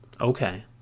Okay